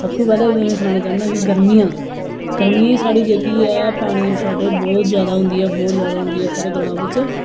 सब तूं पहले में तुसे गी सनाना चाहन्नां कि ग्रमियां गर्मियां च साढे जेह्की ऐ पानी दी शार्टेज बहुत ज्यादा होंदी ऐ बहुत ज्यादा औंदी ऐ साढे ग्रां बिच्च